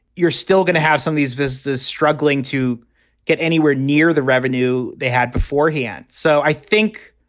you're still going to have some these businesses struggling to get anywhere near the revenue they had beforehand. so i think,